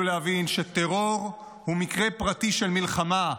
להבין שטרור הוא מקרה פרטי של מלחמה,